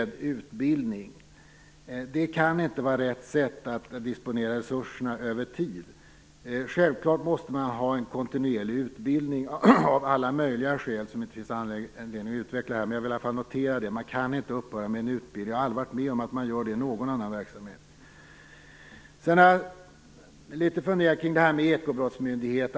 Det kan inte vara rätt sätt att disponera resurserna över tid. Det måste självfallet finnas en kontinuerlig utbildning av alla möjliga skäl som det inte finns anledning att utveckla här. Men jag vill i alla fall notera det. Man kan inte upphöra med en utbildning. Jag har aldrig varit med om att det har skett i någon annan verksamhet. Sedan har jag funderat litet kring detta med en ekobrottsmyndighet.